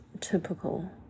typical